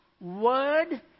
word